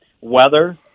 weather